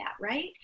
right